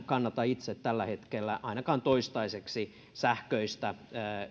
kannata itse tällä hetkellä ainakaan toistaiseksi sähköistä